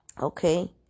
Okay